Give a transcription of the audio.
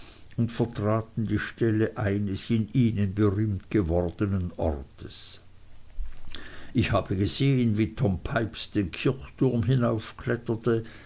und vertraten die stelle eines in ihnen berühmt gewordnen ortes ich habe gesehen wie tom pipes den kirchtum